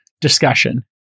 discussion